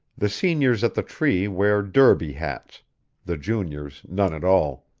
the seniors at the tree wear derby hats the juniors none at all